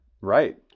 right